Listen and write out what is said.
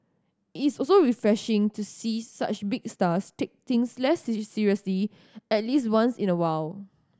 it is also refreshing to see such big stars take things less seriously at least once in a while